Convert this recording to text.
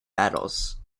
medals